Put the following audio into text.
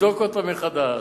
לבדוק מחדש,